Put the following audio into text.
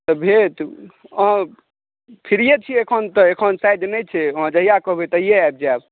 तऽ भेंट भेंट फ्रिये छियै एखन तऽ एखन साइट नहि छै हँ जहिआ कहबै तहिये आबि जायब